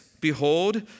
Behold